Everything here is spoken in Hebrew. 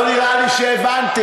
לא נראה לי שהבנתם.